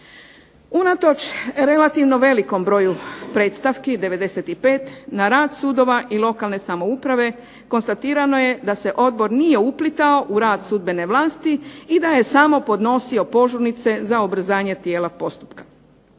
Unatoč relativno velikom broju predstavki 95, na rad sudova i lokalne samouprave konstatirano je da se Odbor nije uplitao u rad sudbene vlasti i da je samo podnosio požurnice za ubrzanje tijela postupka.